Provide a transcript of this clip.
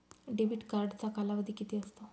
Debit कार्डचा कालावधी किती असतो?